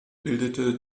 bildete